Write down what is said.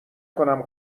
کنم